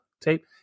tape